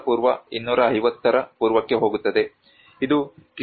ಪೂ 250 ರ ಪೂರ್ವಕ್ಕೆ ಹೋಗುತ್ತವೆ ಇದು ಕ್ರಿ